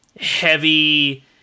heavy